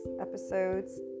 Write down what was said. Episodes